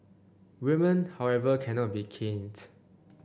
women however cannot be caned